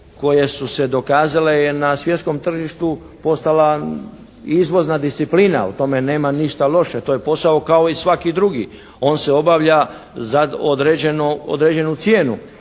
koje su se dokazale, je na svjetskom tržištu postala izvozna disciplina. U tome nema ništa loše. To je posao kao i svaki drugi. On se obavlja za određenu cijenu.